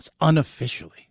Unofficially